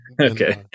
Okay